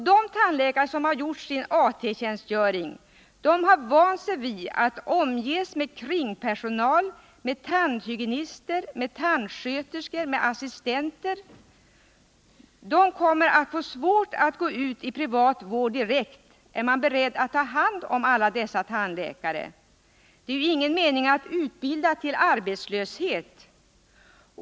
De tandläkare som har gjort sin AT-tjänstgöring har vant sig vid att omges med kringpersonal — tandhygienister, tandsköterskor och assistenter — och de kommer att få svårt att gå ut i privat vård direkt. Är man beredd att ta hand om alla dessa tandläkare? Det är ingen mening med att utbilda till arbetslöshet.